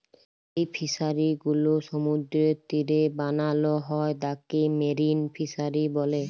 যেই ফিশারি গুলো সমুদ্রের তীরে বানাল হ্যয় তাকে মেরিন ফিসারী ব্যলে